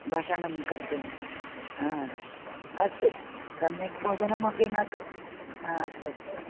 भाषणं कर्तुं हा अस्तु सम्यक् भोजनमपि न कृ हा अस्तु अस्तु अस्तु